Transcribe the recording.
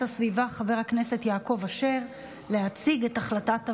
הסביבה חבר הכנסת יעקב אשר להציג את החלטת הוועדה.